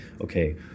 okay